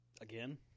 Again